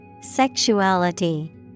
Sexuality